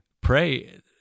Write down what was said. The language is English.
Pray